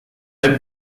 lat